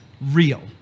real